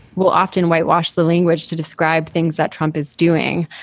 will often whitewash the language to describe things that trump is doing.